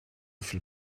viel